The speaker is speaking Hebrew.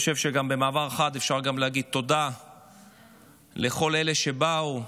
במעבר חד אפשר גם להגיד תודה לכל אלה שבאו,